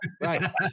Right